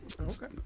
Okay